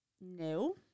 no